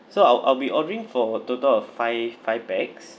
so I'll I'll be ordering for a total of five five pax